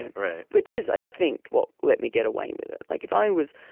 and right. which is i think what let me get away with it like if i was